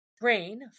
brain